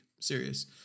Serious